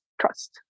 trust